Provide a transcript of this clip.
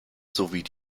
sowie